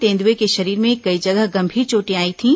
तेंदुएं के शरीर में कई जगह गंभीर चोटें आई थीं